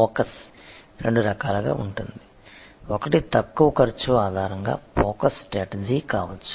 focus రెండు రకాలుగా ఉంటుంది ఒకటి తక్కువ ఖర్చు ఆధారంగా ఫోకస్ స్ట్రాటజీ కావచ్చు